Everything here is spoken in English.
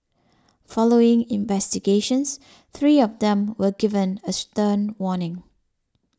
following investigations three of them were given a stern warning